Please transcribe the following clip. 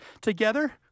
together